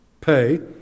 pay